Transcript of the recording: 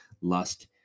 lust